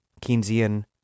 Keynesian